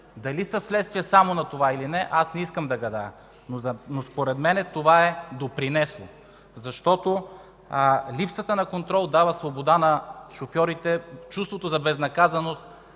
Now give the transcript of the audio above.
Дали са вследствие само на това, или не, аз не искам да гадая. Според мен това е допринесло. Липсата на контрол дава свобода на шофьорите и чувството за безнаказаност